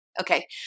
Okay